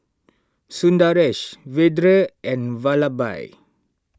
Sundaresh Vedre and Vallabhbhai